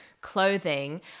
clothing